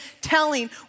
telling